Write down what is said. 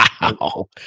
Wow